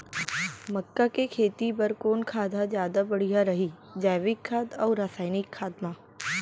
मक्का के खेती बर कोन खाद ह जादा बढ़िया रही, जैविक खाद अऊ रसायनिक खाद मा?